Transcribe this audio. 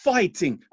Fighting